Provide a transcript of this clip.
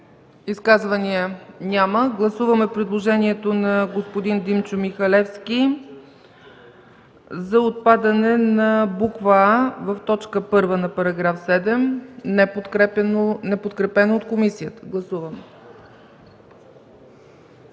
Изказвания? Няма. Гласуваме предложението на господин Димчо Михалевски за отпадане на буква „а)” в т. 1 на § 7, неподкрепено от комисията. Гласували